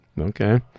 Okay